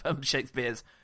Shakespeare's